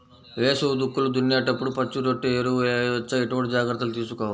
వేసవి దుక్కులు దున్నేప్పుడు పచ్చిరొట్ట ఎరువు వేయవచ్చా? ఎటువంటి జాగ్రత్తలు తీసుకోవాలి?